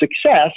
success